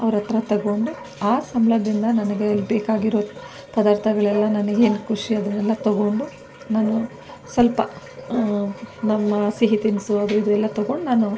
ಅವ್ರ ಹತ್ರ ತಗೊಂಡು ಆ ಸಂಬಳದಿಂದ ನನಗೆ ಬೇಕಾಗಿರೋ ಪದಾರ್ಥಗಳೆಲ್ಲ ನನಗೇನು ಖುಷಿ ಅದನ್ನೆಲ್ಲ ತಗೊಂಡು ನಾನು ಸ್ವಲ್ಪ ನಮ್ಮ ಸಿಹಿ ತಿನಿಸು ಅದು ಇದು ಎಲ್ಲ ತಗೊಂಡು ನಾನು